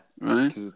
Right